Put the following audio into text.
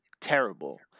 terrible